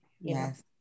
Yes